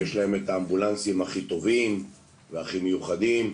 שיש להם את האמבולנסים הכי טובים והכי מיוחדים.